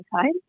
time